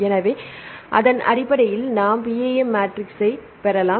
எனவே அதன் அடிப்படையில் நாம் PAM மேட்ரிக்ஸைப் பெறலாம்